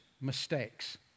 mistakes